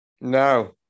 No